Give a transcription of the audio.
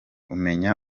umenya